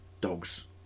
dogs